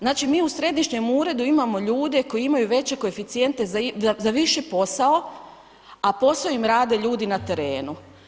Znači mi u Središnjem uredu imamo ljude koji imaju veće koeficijente za viši posao a posao im rade ljudi na terenu.